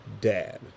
dad